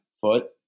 foot